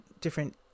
different